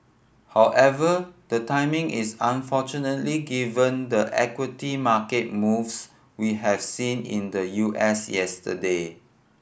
however the timing is unfortunately given the equity market moves we have seen in the U S yesterday